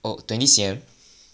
oh twenty C_M